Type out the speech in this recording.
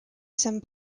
some